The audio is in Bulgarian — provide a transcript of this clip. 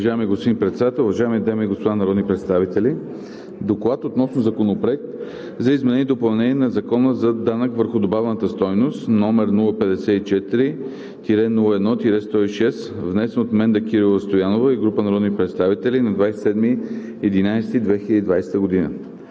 Уважаеми господин Председател, уважаеми дами и господа народни представители! „ДОКЛАД относно Законопроект за изменение и допълнение на Закона за данък върху добавената стойност, № 054-01-106, внесен от Менда Кирилова Стоянова и група народни представители на 27 ноември